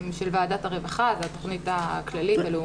של ועדת הרווחה, --- כללית לאומית.